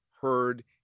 heard